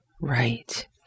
Right